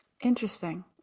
Interesting